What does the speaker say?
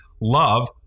Love